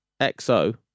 XO